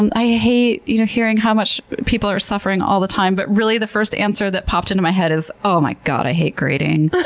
and i hate you know hearing how much people are suffering all the time, but really the first answer that popped into my head is, oh my god, i hate grading.